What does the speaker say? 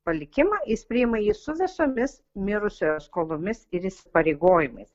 palikimą jis priima jį su visomis mirusiojo skolomis ir įsipareigojimais